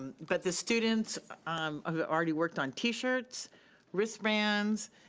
but the students um ah already worked on t-shirts, wristbands,